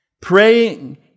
Praying